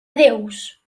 déus